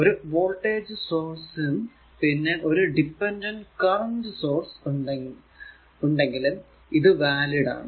ഒരു voltage source ഉം പിന്നെ ഒരു ഡിപെൻഡന്റ് കറന്റ് സോഴ്സ് ഉം ഉണ്ടെങ്കിലും ഇത് വാലിഡ് ആണ്